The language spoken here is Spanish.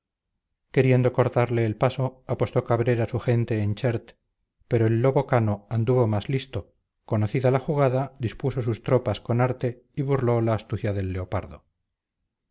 queriendo cortarle el paso apostó cabrera su gente en chert pero el lobo cano anduvo más listo conocida la jugada dispuso sus tropas con arte y burló la astucia del leopardo